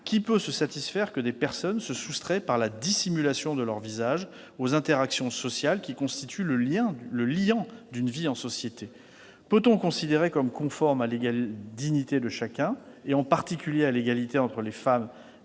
qui peut se satisfaire que des personnes se soustraient, par la dissimulation de leur visage, aux interactions sociales qui constituent le liant d'une vie en société ? Peut-on considérer comme conforme à l'égale dignité de chacun, en particulier à l'égalité entre les femmes et les hommes,